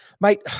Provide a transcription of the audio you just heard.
mate